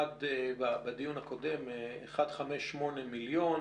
1,58 מיליון,